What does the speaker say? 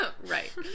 Right